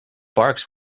barks